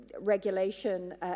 regulation